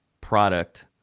product